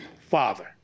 father